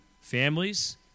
families